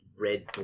red